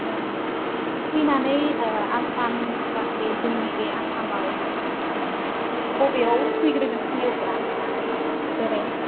फैनानै आसाम बा बे जोंनि आसामाव बबेयाव फैग्रोगोन फैयोब्ला बेरायनो